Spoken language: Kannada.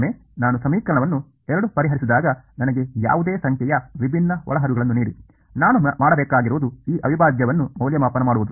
ಒಮ್ಮೆ ನಾನು ಸಮೀಕರಣವನ್ನು 2 ಪರಿಹರಿಸಿದಾಗ ನನಗೆ ಯಾವುದೇ ಸಂಖ್ಯೆಯ ವಿಭಿನ್ನ ಒಳಹರಿವುಗಳನ್ನು ನೀಡಿ ನಾನು ಮಾಡಬೇಕಾಗಿರುವುದು ಈ ಅವಿಭಾಜ್ಯವನ್ನು ಮೌಲ್ಯಮಾಪನ ಮಾಡುವುದು